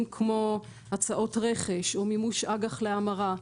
כמו הצעות רכש או מימוש אג"ח להמרה,